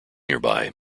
nearby